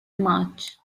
much